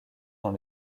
dans